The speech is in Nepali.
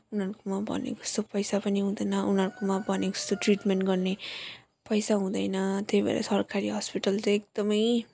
उनीहरूकोमा भनेको जस्तो पैसा पनि हुँदैन उनीहरूकोमा भनेको जस्तो ट्रिटमेन्ट गर्ने पैसा हुँदैन त्यही भएर सरकारी हस्पिटल चाहिँ एकदमै